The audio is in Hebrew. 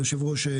יושב הראש,